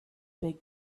big